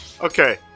Okay